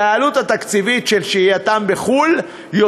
כשהעלות התקציבית של שהייתם בחו"ל היא